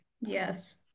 yes